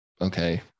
Okay